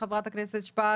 חברת הכנסת שפק,